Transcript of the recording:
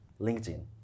LinkedIn